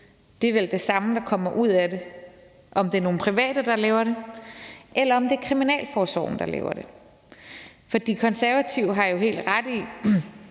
det vel er det samme, der kommer ud af det, om det er nogle private, der laver det, eller om det er kriminalforsorgen, der laver det. For De Konservative har jo helt ret i